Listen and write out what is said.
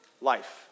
Life